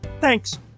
Thanks